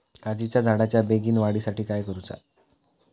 काजीच्या झाडाच्या बेगीन वाढी साठी काय करूचा?